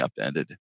upended